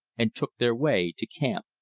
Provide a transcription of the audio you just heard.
and took their way to camp.